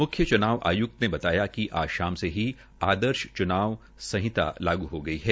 मुख्य चूनाव आयुक्त ने बताया कि आज शाम से ही आदर्श आचार संहिता लागू हो गई है